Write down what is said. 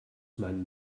meinen